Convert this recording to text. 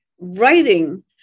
writing